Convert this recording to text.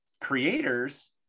creators